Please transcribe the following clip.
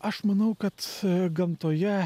aš manau kad gamtoje